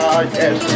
yes